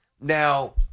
Now